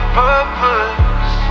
purpose